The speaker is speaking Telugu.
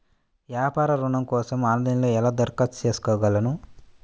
వ్యాపార ఋణం కోసం ఆన్లైన్లో ఎలా దరఖాస్తు చేసుకోగలను?